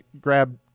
grab